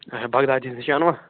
اَچھا بغدادِیسس نِش انوا